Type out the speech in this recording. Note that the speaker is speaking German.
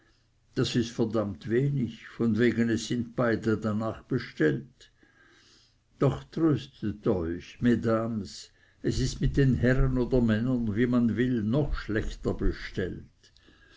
das ist verdammt wenig von wegen es sind beide darnach bestellt doch tröstet euch mesdames es ist mit den herren oder männern wie man will noch schlechter bestellt